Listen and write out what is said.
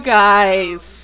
guys